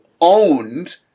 owned